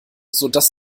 sodass